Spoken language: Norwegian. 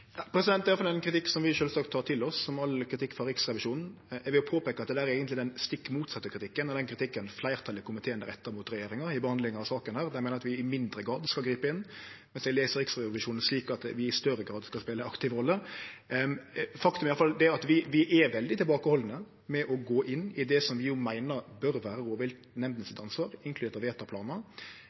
ein kritikk som vi sjølvsagt tek til oss – som all kritikk frå Riksrevisjonen. Eg vil påpeike at det er eigentleg det motsette av den kritikken fleirtalet i komiteen rettar mot regjeringa i behandlinga av denne saka, der ein meiner at vi i mindre grad skal gripe inn. Eg les Riksrevisjonen slik at vi i større grad skal spele ei aktiv rolle. Faktum er i alle fall at vi er veldig tilbakehaldne med å gå inn i det som vi meiner burde vere ansvaret til rovviltnemndene, inkludert